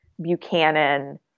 Buchanan